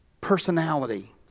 personality